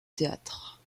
théâtre